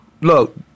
look